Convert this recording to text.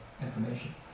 information